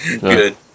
Good